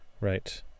Right